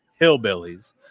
hillbillies